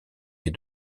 les